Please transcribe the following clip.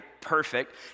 Perfect